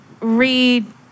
read